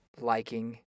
liking